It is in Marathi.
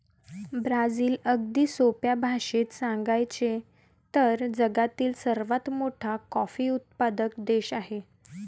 ब्राझील, अगदी सोप्या भाषेत सांगायचे तर, जगातील सर्वात मोठा कॉफी उत्पादक देश आहे